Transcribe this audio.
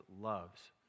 loves